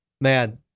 man